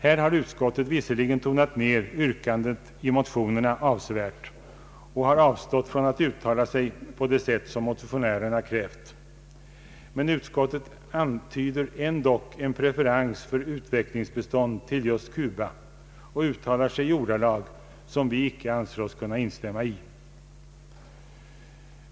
Här har utskottet visserligen tonat ner yrkandet i motionerna avsevärt och avstått från att uttala sig på det sätt som motionärerna krävt, men utskottet antyder ändock en preferens för utvecklingsbistånd till just Cuba och uttalar sig i ordalag som vi icke anser oss kunna instämma i.